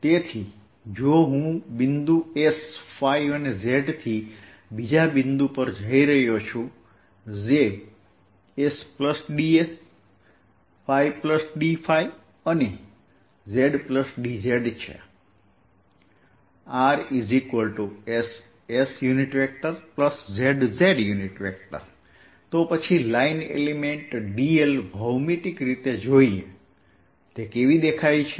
તેથી જો હું બિંદુ S ϕ અને Z થી બીજા બિંદુ પર જઈ રહ્યો છું જે sds ϕdϕ zdz છે પછી લાઈન એલિમેન્ટ dl ને ભૌમિતિક રીતે જોઈએ તે કેવું દેખાય છે